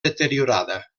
deteriorada